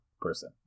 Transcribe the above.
person